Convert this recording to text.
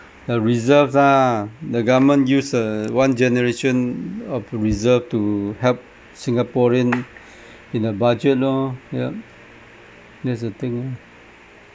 the reserves ah the government use uh one generation of reserve to help singaporean in a budget lor ya that's the thing uh